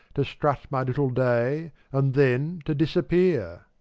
to strut my little day and then to disappear?